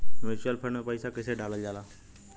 Mutual fund मे पईसा कइसे डालल जाला?